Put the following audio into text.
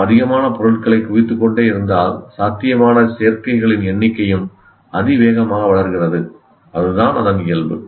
நாம் அதிகமான பொருட்களைக் குவித்துக்கொண்டே இருந்தால் சாத்தியமான சேர்க்கைகளின் எண்ணிக்கையும் அதிவேகமாக வளர்கிறது அதுதான் அதன் இயல்பு